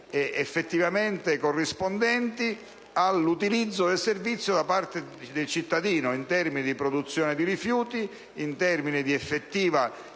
Grazie,